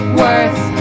worth